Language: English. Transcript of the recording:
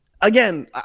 Again